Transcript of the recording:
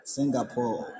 Singapore